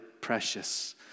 precious